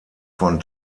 von